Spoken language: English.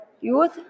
youth